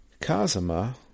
Kazuma